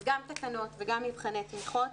אז גם תקנות וגם מבחני תמיכות.